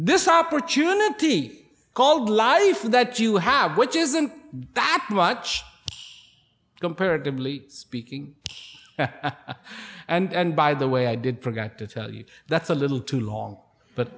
this opportunity called life that you have which isn't that much comparatively speaking and by the way i did provide to tell you that's a little too long but